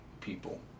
people